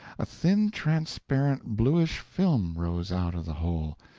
a thin, transparent bluish film rose out of the hole,